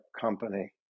company